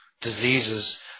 diseases